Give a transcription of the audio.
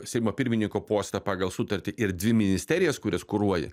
seimo pirmininko postą pagal sutartį ir dvi ministerijas kurias kuruoji